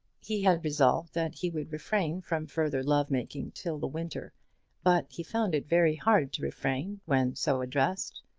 he had resolved that he would refrain from further love-making till the winter but he found it very hard to refrain when so addressed.